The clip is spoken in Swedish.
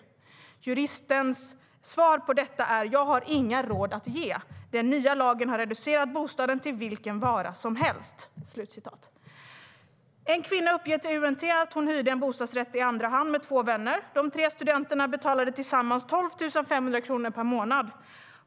Juristens svar på detta är: Jag har inga råd att ge. Den nya lagen har reducerat bostaden till vilken vara som helst. En kvinna uppger till UNT att hon hyrde en bostadsrätt i andra hand med två vänner. De tre studenterna betalade tillsammans 12 500 kronor per månad.